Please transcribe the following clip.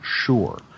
sure